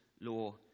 law